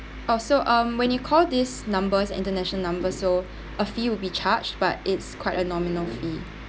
uh so um when you call this numbers international number so a fee will be charged but it's quite a nominal fee